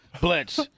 Blitz